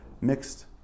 mixed